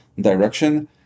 direction